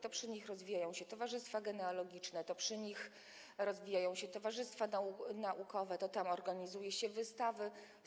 To przy nich rozwijają się towarzystwa genealogiczne, to przy nich rozwijają się towarzystwa naukowe, to tam organizuje się wystawy.